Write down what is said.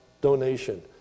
donation